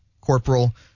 corporal